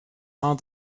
aan